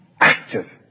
active